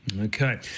okay